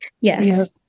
Yes